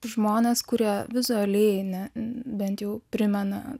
žmonės kurie vizualiai ne bent jau primena